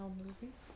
movie